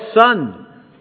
son